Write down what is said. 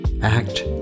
act